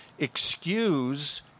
excuse